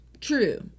True